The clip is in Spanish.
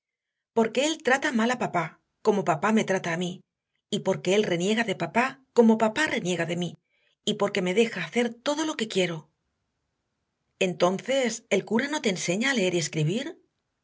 porque él trata mal a papá como papá me trata a mí y porque él reniega de papá como papá reniega de mí y porque me deja hacer todo lo que quiero entonces el cura no te enseña a leer y escribir